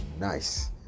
nice